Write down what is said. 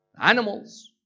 Animals